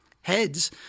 heads